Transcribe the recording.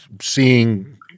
seeing